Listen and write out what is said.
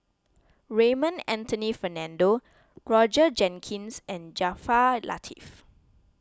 Raymond Anthony Fernando Roger Jenkins and Jaafar Latiff